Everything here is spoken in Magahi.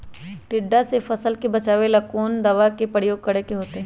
टिड्डा से फसल के बचावेला कौन दावा के प्रयोग करके होतै?